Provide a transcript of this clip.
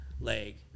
leg